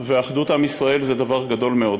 ואחדות עם ישראל זה דבר גדול מאוד.